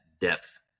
depth